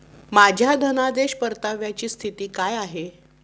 माझ्या धनादेश परताव्याची स्थिती काय आहे?